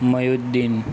Mayuddin